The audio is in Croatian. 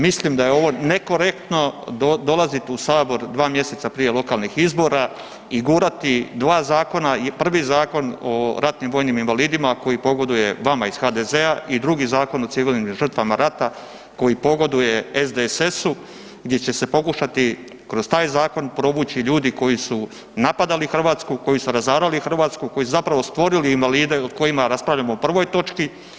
Mislim da je ovo nekorektno dolaziti u Sabor 2 mjeseca prije lokalnih izbora i gurati 2 zakona, prvi zakon o ratnim vojnim invalidima koji pogoduje vama iz HDZ-a i drugi zakon o civilnim žrtvama rata koji pogoduje SDSS-u gdje će se pokušati kroz taj zakon provući ljudi koji su napadali Hrvatsku, koji su razarali Hrvatsku, koji su zapravo stvorili invalide o kojima raspravljamo u prvoj točki.